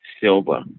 Silva